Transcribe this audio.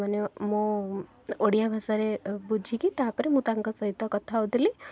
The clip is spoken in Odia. ମାନେ ମୋ ଓଡ଼ିଆଭାଷାରେ ବୁଝିକି ତା'ପରେ ମୁଁ ତାଙ୍କ ସହିତ କଥା ହେଉଥିଲି